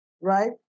right